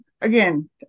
again